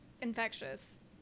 infectious